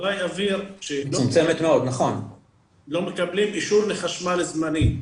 לא מקבלים חיבור לחשמל זמני,